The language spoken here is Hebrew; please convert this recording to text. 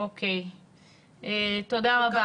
תודה רבה.